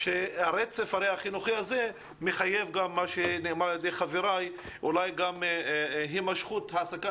הרצף החינוכי הזה מחייב גם - כפי שנאמר על ידי חבריי - גם הימשכות העסקה